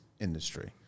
industry